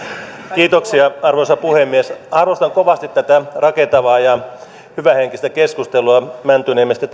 kiitoksia arvoisa puhemies arvostan kovasti tätä rakentavaa ja hyvähenkistä keskustelua mäntyniemestä